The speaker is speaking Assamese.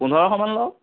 পোন্ধৰশমান লওক